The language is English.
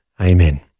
Amen